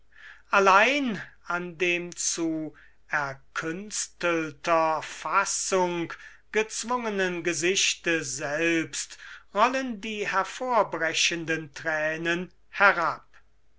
allein an dem zu erkünstelter fassung gezwungenen gesichte selbst rollen die hervorbrechenden thränen herab